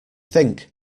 think